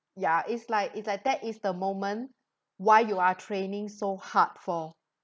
ya it's like it's like that is the moment why you are training so hard for